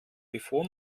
bevor